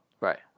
Right